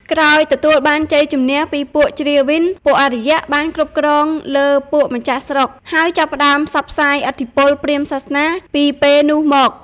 ក្រោយទទួលបានជ័យជម្នះពីពួកជ្រាវីន ពួកអារ្យបានគ្រប់គ្រងលើពួកម្ចាស់ស្រុក ហើយចាប់ផ្ដើមផ្សព្វផ្សាយឥទ្ធិពលព្រាហ្មណ៍សាសនាពីពេលនោះមក។